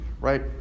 right